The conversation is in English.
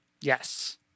Yes